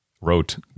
wrote